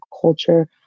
culture